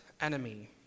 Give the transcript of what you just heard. enemy